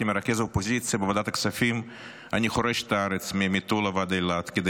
כמרכז האופוזיציה בוועדת הכספים אני חורש את הארץ ממטולה ועד אילת כדי